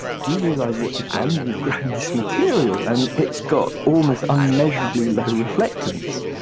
do you realize what you've done? you've grown this material and it's got almost unmeasurable low reflectance.